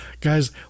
guys